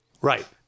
Right